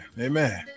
Amen